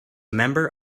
member